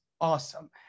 awesome